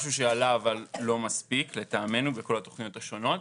משהו שעלה אבל לא מספיק לטעמנו בכל התוכניות השונות.